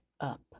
up